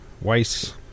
Weiss